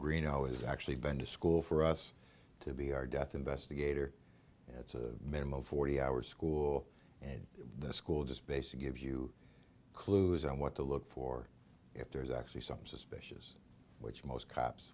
greeno has actually been to school for us to be our death investigator it's a minimum of forty hours school and the school just basic give you clues on what to look for if there's actually some suspect which most cops